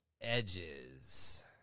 Edges